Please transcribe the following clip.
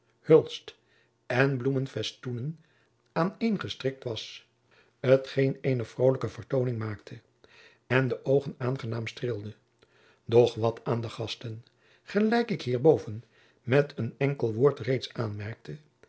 hulst en bloemenfestoenen aan een gestrikt was t geen jacob van lennep de pleegzoon eene vrolijke vertooning maakte en de oogen aangenaam streelde doch wat aan de gasten gelijk ik hierboven met een enkel woord reeds aanmerkte